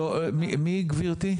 לא, מי גברתי?